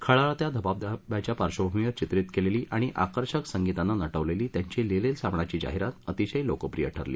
खळाळत्या धबधब्याच्या पार्श्वभूमीवर चित्रित केलेली आणि आकर्षक संगीताने नटवलेली त्यांची लिरिल साबणाची जाहिरात अतिशय लोकप्रिय ठरली